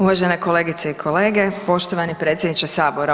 Uvažene kolegice i kolege, poštovani predsjedniče Sabora.